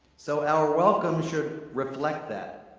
so our welcome should reflect that,